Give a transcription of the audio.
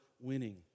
winning